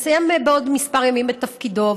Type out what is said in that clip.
מסיים בעוד כמה ימים את תפקידו,